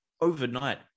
overnight